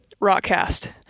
Rockcast